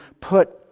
put